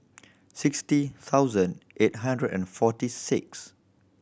sixty thousand eight hundred and forty six